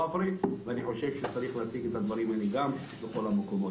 ואני חושב שצריך להציג את הדברים האלה בכל המקומות.